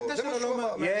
זה מה שהוא אומר.